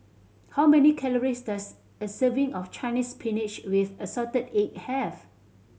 how many calories does a serving of Chinese Spinach with assorted egg have